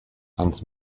hans